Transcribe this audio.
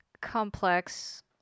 complex